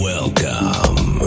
Welcome